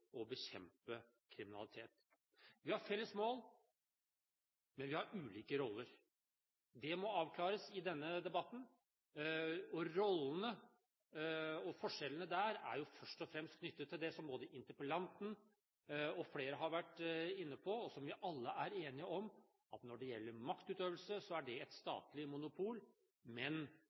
bekjempe kriminalitet. Vi har felles mål, men vi har ulike roller. Det må avklares i denne debatten, og rollene og forskjellene der er først og fremst knyttet til det som både interpellanten og flere har vært inne på, og som vi alle er enige om, at når det gjelder maktutøvelse, er det et statlig monopol,